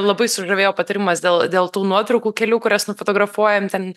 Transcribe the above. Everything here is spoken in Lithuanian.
labai sužavėjo patarimas dėl dėl tų nuotraukų kelių kurias nufotografuojam ten